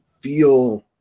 feel